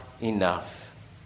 enough